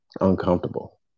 uncomfortable